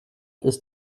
ist